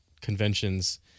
conventions